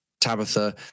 Tabitha